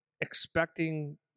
expecting